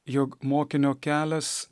jog mokinio kelias